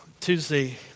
Tuesday